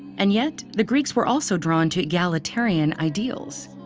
and yet, the greeks were also drawn to egalitarian ideals.